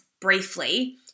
briefly